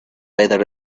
either